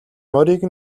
морийг